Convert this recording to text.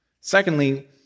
Secondly